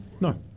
No